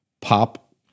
pop